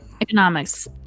economics